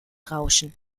rauschen